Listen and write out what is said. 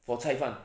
for 菜饭